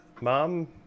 Mom